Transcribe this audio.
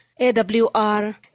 AWR